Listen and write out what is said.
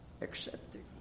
accepting